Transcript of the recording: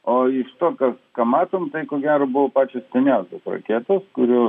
o iš to kas ką matom tai ko gero pačios seniausios raketos kurių